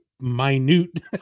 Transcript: minute